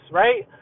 right